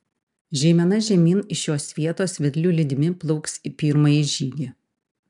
žeimena žemyn iš šios vietos vedlių lydimi plauks į pirmąjį žygį